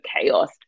chaos